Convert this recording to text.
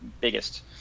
biggest